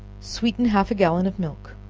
sweeten half a gallon of milk,